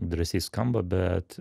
drąsiai skamba bet